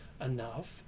enough